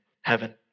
heaven